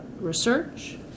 research